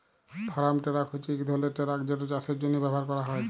farm tractor হছে ইক ধরলের টেরাক যেট চাষের জ্যনহে ব্যাভার ক্যরা হয়